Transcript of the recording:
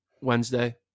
Wednesday